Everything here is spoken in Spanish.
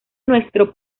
nuestro